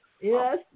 yes